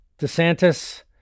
DeSantis